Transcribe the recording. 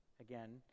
again